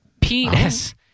penis